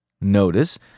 Notice